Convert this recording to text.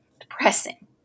depressing